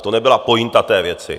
To nebyla pointa té věci.